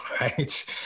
right